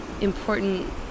important